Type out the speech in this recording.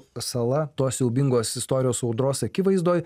sala tos siaubingos istorijos audros akivaizdoj